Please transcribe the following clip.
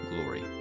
glory